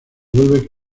vuelve